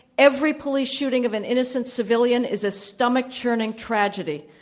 every police shooting of an innocent civilian is a stomach-churning tragedy.